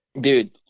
Dude